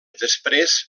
després